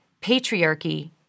patriarchy